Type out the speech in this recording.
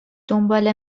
دنبال